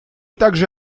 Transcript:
также